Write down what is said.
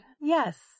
Yes